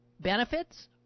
benefits